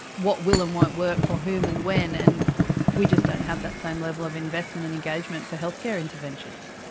what will and won't work for whom and when, and we just don't have that same level of investment and engagement for healthcare interventions.